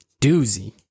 doozy